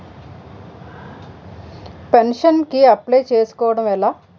Pension కి apply చేసుకోవడం ఎలా?